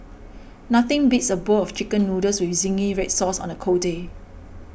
nothing beats a bowl of Chicken Noodles with Zingy Red Sauce on a cold day